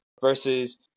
Versus